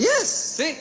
Yes